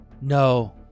No